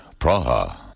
Praha